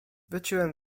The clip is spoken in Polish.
wróciłem